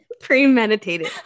premeditated